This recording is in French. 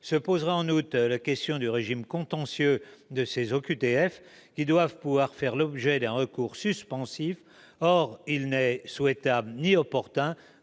Se poserait en outre la question du régime contentieux des OQTF, qui doivent pouvoir faire l'objet d'un recours suspensif. Or il n'est ni souhaitable ni opportun